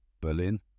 Berlin